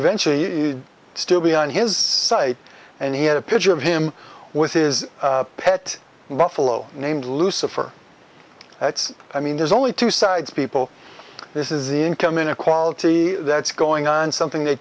eventually you still be on his site and he had a picture of him with is a pet buffalo named lucifer that's i mean there's only two sides people this is the income inequality that's going on something they